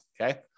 Okay